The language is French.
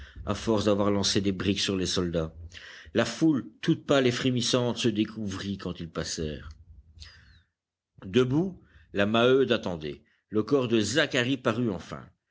à force d'avoir lancé des briques sur les soldats la foule toute pâle et frémissante se découvrit quand ils passèrent debout la maheude attendait le corps de zacharie parut enfin